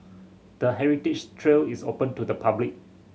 the heritage trail is open to the public